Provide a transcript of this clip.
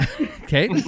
Okay